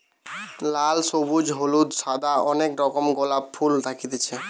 লাল, সবুজ, হলুদ, সাদা অনেক রকমের গোলাপ ফুল থাকতিছে